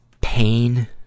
pain